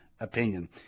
opinion